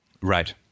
right